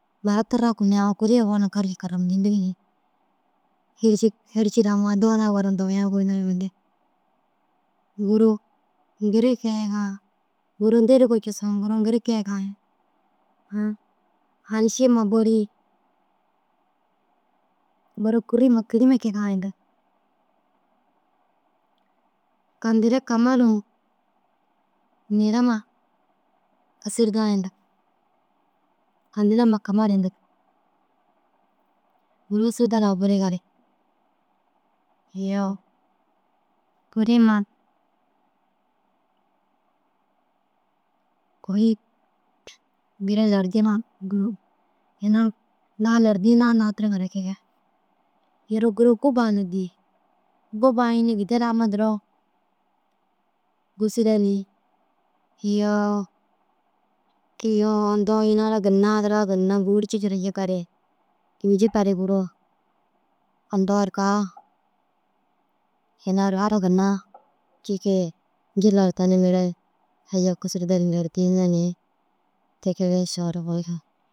Laa turaku ni aũ kurii irroo na gali karamjindigi ni. Hêrcig hêrci ru ammai doona wura dowiyai goyindoo na mundi Gûro ŋgirii keegaa Gûro nderigoo cusu Gûro ŋgiri keega ũũ hanišima bôlii Gûro kûrima kilima keegaa indig. Kandire kamalu niirama ôsurdaa indig. Kandirema kamalu indig Gûro sida huna buru gali. Iyoo kuriima kôi Gûro lerjima Gûro ina daha lerjina nahatiriŋare kege. Yunu guru gubaa na dîi « gubaa înni? » gideru amma duro busire ni iyoo iyoo undoo ina ara hadira ginna gurci cikire jika ri nci karu giroo undoo are kaa ina ara ginna ciki jilla ru tani mere ojob kisirde ni lerjine ni ti keege inšalla.